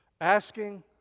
Asking